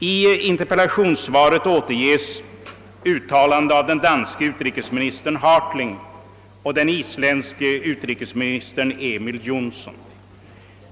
I interpellationssvaret återges uttalanden av den danske utrikesministern Hartling och den isländske utrikesministern Emil Jönsson.